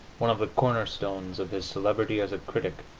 one of the cornerstones of his celebrity as a critic,